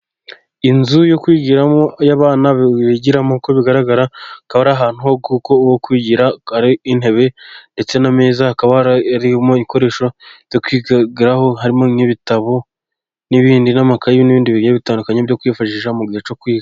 Inzu yo kwigiramo, iyo abana bigiramo uko bigaragara, akaba ari ahantu ho kwigira hari intebe ndetse n'ameza, hakaba harimo ibikoresho byo kwigiraho, harimo nk'ibitabo n'ibindi n'amakayi n'ibindi bigiye bitandukanye, byo kwifashisha mu gihe cyo kwiga.